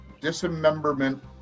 dismemberment